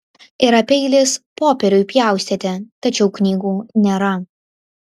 yra peilis popieriui pjaustyti tačiau knygų nėra